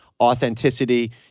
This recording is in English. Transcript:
authenticity